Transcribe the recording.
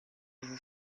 vous